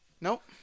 Nope